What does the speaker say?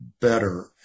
better